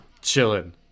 chilling